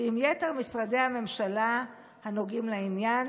ועם יתר משרדי הממשלה הנוגעים לעניין.